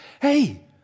Hey